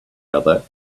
other